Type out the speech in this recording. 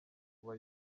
kuba